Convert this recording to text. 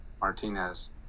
Martinez